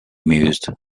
mused